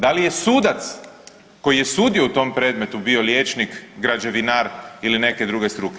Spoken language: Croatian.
Da li je sudac koji je sudio u tom predmetu bio liječnik, građevinar ili neke druge struke?